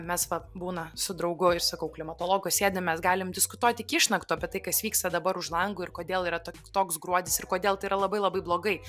mes va būna su draugu ir sakau klimatologu sėdim mes galim diskutuot iki išnaktų apie tai kas vyksta dabar už lango ir kodėl yra toks gruodis ir kodėl tai yra labai labai blogai